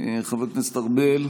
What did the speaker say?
חבר הכנסת יעקב אשר?